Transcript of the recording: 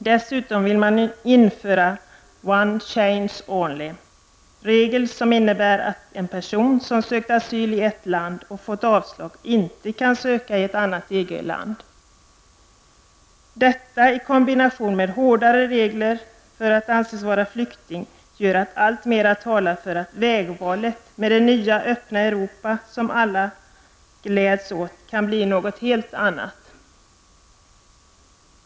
Dessutom vill man införa ''one chance only''- regeln, som innebär att en person som sökt asyl i ett land och som fått avslag inte kan söka asyl i ett annat EG-land. Detta i kombination med hårdare regler för att en person skall anses vara flykting gör att allt mera talar för att vägvalet med det nya öppna Europa, som vi alla gläds åt, kan bli något helt annat.